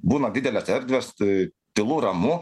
būna didelės erdvės tai tylu ramu